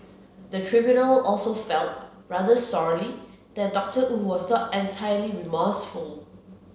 the tribunal also felt rather sorely that Doctor Wu was not entirely remorseful